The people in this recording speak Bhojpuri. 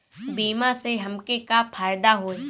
बीमा से हमके का फायदा होई?